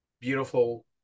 beautiful